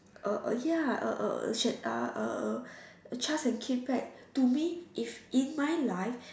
a a ya a a shirt ah a a Charles-and-Keith bag to me is in my life